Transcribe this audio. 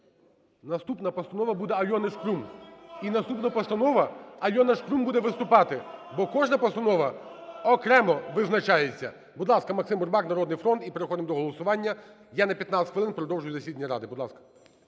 Наступна постанова буде Альони Шкрум… І наступна постанова, Альона Шкрум буде виступати, бо кожна постанова окремо визначається. Будь ласка, Максим Бурбак, "Народний фронт". І переходимо до голосування. Я на 15 хвилин продовжую засідання Ради. Будь ласка.